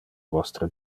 vostre